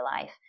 life